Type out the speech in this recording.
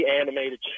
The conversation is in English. animated